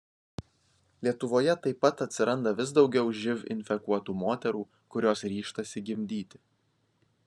lietuvoje taip pat atsiranda vis daugiau živ infekuotų moterų kurios ryžtasi gimdyti